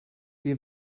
wir